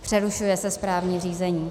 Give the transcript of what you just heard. Přerušuje se správní řízení.